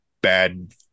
bad